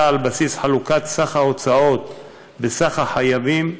על בסיס חלוקת סך ההוצאות במספר החייבים,